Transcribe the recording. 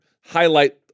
Highlight